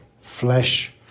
flesh